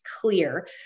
clear